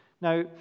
Now